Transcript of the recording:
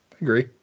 agree